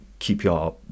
QPR